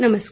नमस्कार